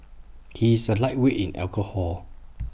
he is A lightweight in alcohol